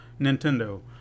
Nintendo